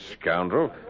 scoundrel